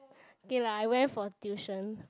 okay lah I went for tuition